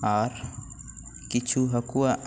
ᱟᱨ ᱠᱤᱪᱷᱩ ᱦᱟᱹᱠᱩᱭᱟᱜ